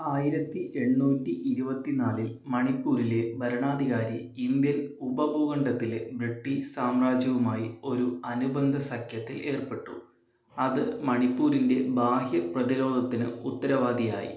ആയിരത്തി എണ്ണൂറ്റി ഇരുപത്തി നാലിൽ മണിപ്പൂരിലെ ഭരണാധികാരി ഇന്ത്യൻ ഉപഭൂഖണ്ഡത്തിലെ ബ്രിട്ടീഷ് സാമ്രാജ്യവുമായി ഒരു അനുബന്ധ സഖ്യത്തിൽ ഏർപ്പെട്ടു അത് മണിപ്പൂരിൻ്റെ ബാഹ്യ പ്രതിരോധത്തിന് ഉത്തരവാദിയായി